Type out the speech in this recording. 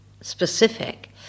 specific